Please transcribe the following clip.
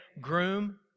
groom